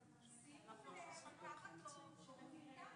אנחנו לא קוראים עכשיו את כל מה שתיקנו.